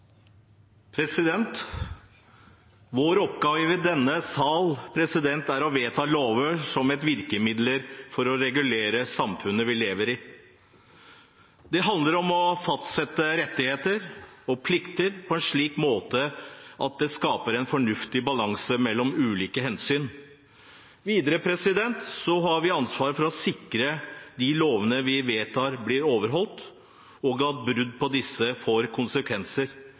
å vedta lover som et virkemiddel for å regulere samfunnet vi lever i. Det handler om å fastsette rettigheter og plikter på en slik måte at det skaper en fornuftig balanse mellom ulike hensyn. Videre, president, har vi ansvar for å sikre at de lovene vi vedtar, blir overholdt, og at brudd på disse får konsekvenser,